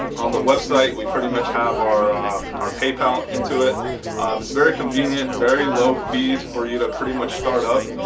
on the website we pretty much have our our paypal into it it's very convenient very low fees for you to pretty much start up.